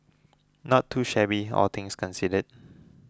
not too shabby all things considered